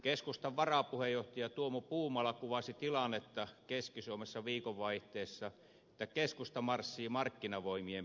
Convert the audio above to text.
keskustan varapuheenjohtaja tuomo puumala kuvasi tilannetta keski suomessa viikonvaihteessa niin että keskusta marssii markkinavoimien perässä